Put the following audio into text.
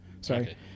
Sorry